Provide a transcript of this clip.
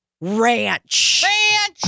RANCH